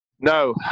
No